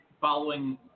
following